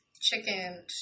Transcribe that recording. chicken